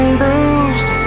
bruised